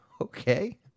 Okay